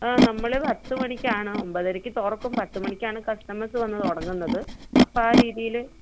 ആ നമ്മൾ പത്ത് മണിക്കാണ് ഒൻപതരയ്ക്ക് തുറക്കും പത്ത് മണിക്കാണ് കസ്റ്റമേഴ്സ് വന്ന് തുടങ്ങുന്നത് അപ്പം ആ രീതിയിൽ